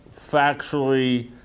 factually